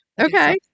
Okay